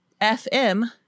FM